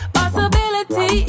possibility